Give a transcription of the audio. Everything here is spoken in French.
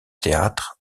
théâtre